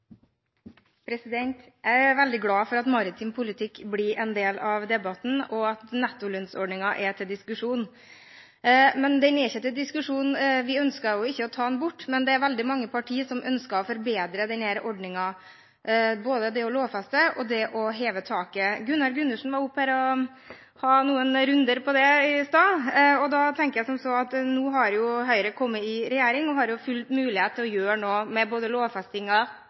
minutt. Jeg er veldig glad for at maritim politikk blir en del av debatten, og at nettolønnsordningen er til diskusjon – dvs., den er ikke til diskusjon, vi ønsker ikke å ta den bort, men det er veldig mange partier som ønsker å forbedre ordningen, både det å lovfeste den og å heve taket. Gunnar Gundersen hadde noen runder på det i stad, og da tenker jeg som så at nå har jo Høyre kommet i regjering, og har full mulighet til å gjøre noe med både